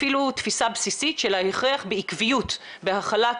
אפילו תפיסה בסיסית של ההכרח בעקבות בהחלת